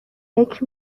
فکر